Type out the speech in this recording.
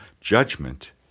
judgment